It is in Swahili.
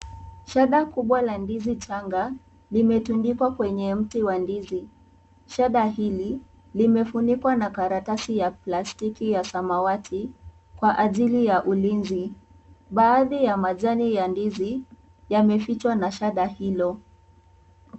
Shada kubwa la ndizi changa limetundikwa kwenye mti wa ndizi, shanda hili imefunikwa na karatasi ya plastiki ya samawati kwa ajili ya ulinzi, baadhi ya majani ya ndizi yamefichwa na shada hilo.